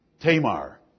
Tamar